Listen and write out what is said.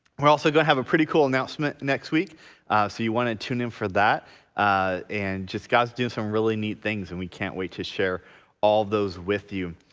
we're also gonna have a pretty cool announcement next week so you want to tune in for that and just god is doing some really neat things and we can't wait to share all those with you.